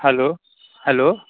hello hello